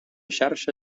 xarxa